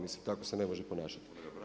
Mislim tako se ne može ponašati.